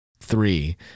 three